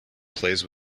plays